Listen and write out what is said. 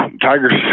tigers